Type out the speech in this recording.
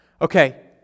okay